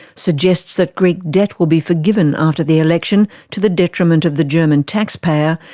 suggests that greek debt will be forgiven after the election to the detriment of the german taxpayer,